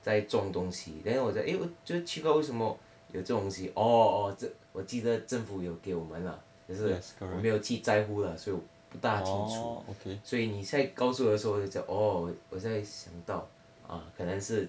在种东西 then 我在 eh 就奇怪为什么有这种东西的 orh orh 我记得政府有给我们啦可是我没有去在乎啦所以我不大清楚所以你现在告诉我的时候我就讲哦我再想到